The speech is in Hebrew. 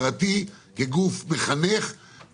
אני מצטרפת לדברים שאמרה חברתי חברת הכנסת רון בן משה